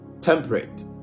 temperate